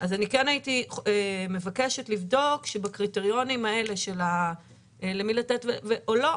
אז אני כן הייתי מבקשת לבדוק שבקריטריונים האלה של למי לתת או לא,